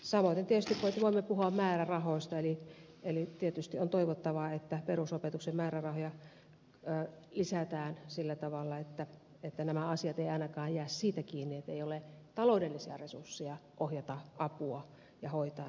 samaten tietysti voimme puhua määrärahoista eli tietysti on toivottavaa että perusopetuksen määrärahoja lisätään sillä tavalla että nämä asiat eivät ainakaan jää siitä kiinni että ei ole taloudellisia resursseja ohjata apua ja hoitaa näitä asioita